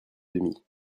demi